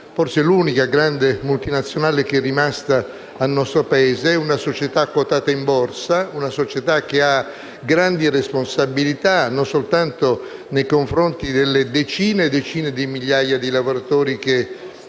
forse l'unica grande multinazionale che è rimasta al nostro Paese: una società quotata in borsa, che ha grandi responsabilità, non soltanto nei confronti delle decine e decine di migliaia di lavoratori che